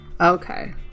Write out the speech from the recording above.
okay